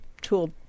tool